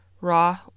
raw